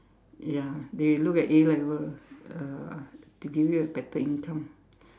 ya they look at A-level uh to give you a better income